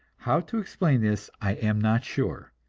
how to explain this i am not sure,